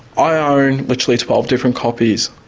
i ah own literally twelve different copies.